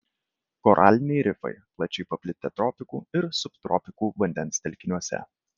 koraliniai rifai plačiai paplitę tropikų ir subtropikų vandens telkiniuose